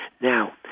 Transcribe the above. Now